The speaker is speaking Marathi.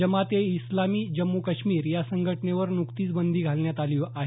जमात ए इस्लामी जम्मू काश्मीर या संघटनेवर नुकतीच बंदी घालण्यात आली आहे